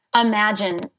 imagine